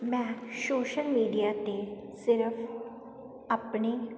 ਮੈਂ social media 'ਤੇ ਸਿਰਫ ਆਪਣੇ